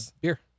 beer